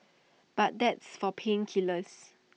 but that's for pain killers